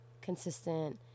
consistent